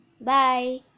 Bye